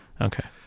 Okay